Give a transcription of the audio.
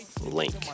link